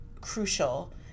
crucial